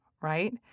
right